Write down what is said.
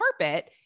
carpet